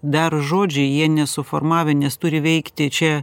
dar žodžiai jie nesuformavę nes turi veikti čia